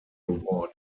award